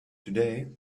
today